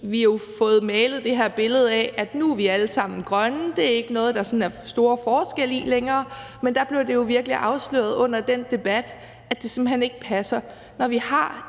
vi har jo fået malet det her billede af, at vi nu alle sammen er grønne, og at det ikke er noget, der er store forskelle i længere, men der blev det jo virkelig afsløret under den debat, at det simpelt hen ikke passer. Vi har